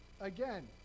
Again